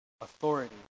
authority